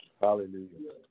Hallelujah